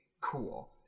cool